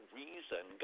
reason